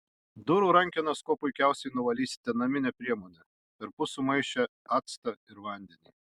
durų rankenas kuo puikiausiai nuvalysite namine priemone perpus sumaišę actą ir vandenį